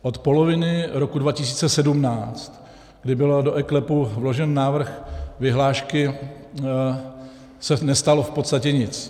Od poloviny roku 2017, kdy byl do eKLEPu vložen návrh vyhlášky, se nestalo v podstatě nic.